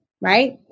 right